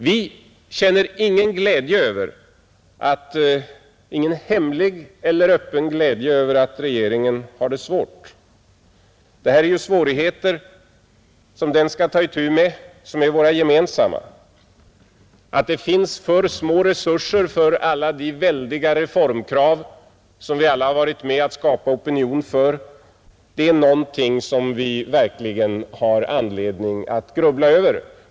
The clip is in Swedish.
Vi känner ingen hemlig eller öppen glädje över att regeringen har det svårt. Det här är svårigheter som vi gemensamt skall ta itu med. Det finns för små resurser för de väldiga reformkrav som vi alla har varit med om att skapa opinion för och det är något som vi verkligen har anledning att grubbla över.